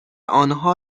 آنها